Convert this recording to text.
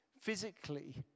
physically